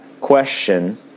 question